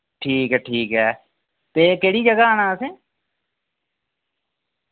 ठीक ऐ ठीक ऐ ते केह्ड़ी जगह आना असेंदूं